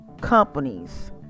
companies